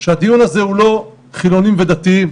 שהדיון על זה הוא לא של חילוניים מול דתיים,